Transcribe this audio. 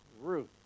Ruth